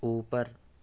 اوپر